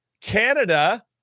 Canada